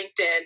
LinkedIn